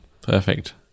Perfect